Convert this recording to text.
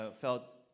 felt